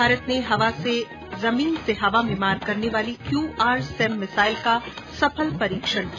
भारत ने जमीन से हवा में मार करने वाली क्यू आर सैम मिसाइल का सफल परीक्षण किया